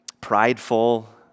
prideful